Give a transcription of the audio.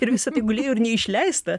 ir visada gulėjo ir neišleista